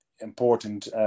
important